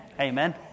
Amen